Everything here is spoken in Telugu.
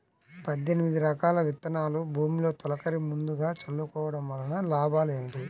పద్దెనిమిది రకాల విత్తనాలు భూమిలో తొలకరి ముందుగా చల్లుకోవటం వలన లాభాలు ఏమిటి?